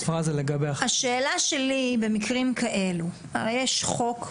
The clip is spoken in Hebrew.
השאלה שלי, במקרים כאלו, הרי יש חוק,